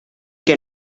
que